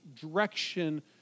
direction